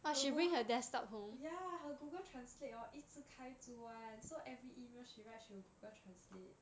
her google ya her google translate hor 一直开着 [one] so every email she write she will google translate